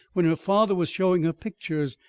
when her father was showing her pictures.